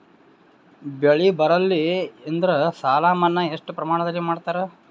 ಬೆಳಿ ಬರಲ್ಲಿ ಎಂದರ ಸಾಲ ಮನ್ನಾ ಎಷ್ಟು ಪ್ರಮಾಣದಲ್ಲಿ ಮಾಡತಾರ?